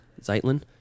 Zeitlin